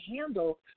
handle